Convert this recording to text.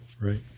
right